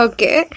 Okay